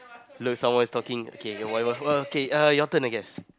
look someone is talking okay whatever err okay your turn I guess